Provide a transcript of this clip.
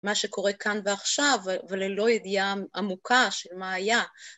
מה שקורה כאן ועכשיו וללא ידיעה עמוקה של מה היה